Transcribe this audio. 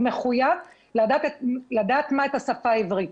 הוא מחויב לדעת את השפה העברית.